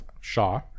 Shaw